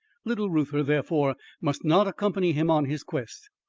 little reuther, therefore, must not accompany him on his quest,